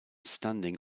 standing